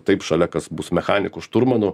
taip šalia kas bus mechaniku šturmanu